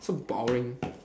so boring